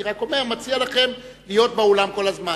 אני מציע לכם להיות באולם כל הזמן.